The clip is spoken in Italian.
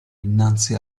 innanzi